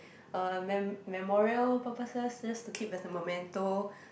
uh mem~ memorial purposes just to keep as a memento